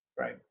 Right